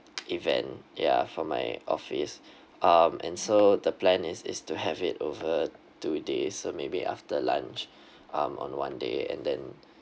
event ya for my office um and so the plan is is to have it over two days so maybe after lunch um on one day and then